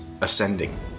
ascending